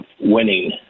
winning –